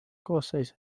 koosseis